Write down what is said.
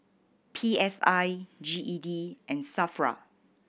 P S I G E D and SAFRA